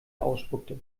ausspuckte